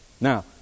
Now